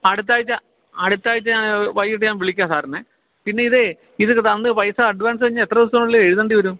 അടുത്താഴ്ച അടുത്താഴ്ച ഞാൻ വൈകിട്ട് ഞാൻ വിളിക്കാം സാറിനെ പിന്നെ ഇതെ ഇത് തന്ന് പൈസ അഡ്വാൻസ് തന്ന് എത്ര ദിവസത്തിനുള്ളിൽ എഴുതേണ്ടിവരും